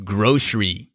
Grocery